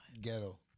Ghetto